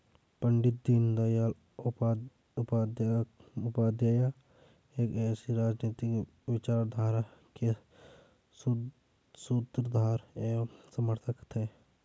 पण्डित दीनदयाल उपाध्याय एक ऐसी राजनीतिक विचारधारा के सूत्रधार एवं समर्थक थे